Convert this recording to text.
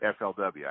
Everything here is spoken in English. flw